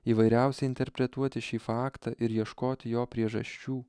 įvairiausiai interpretuoti šį faktą ir ieškoti jo priežasčių